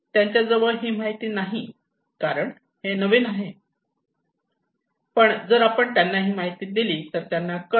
त्यांच्याजवळ ही माहिती नाही कारण हे नवीन आहे पण जर आपण त्यांना ही माहिती दिली तर त्यांना कळेल